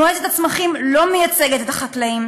מועצת הצמחים לא מייצגת את החקלאים.